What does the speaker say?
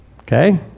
Okay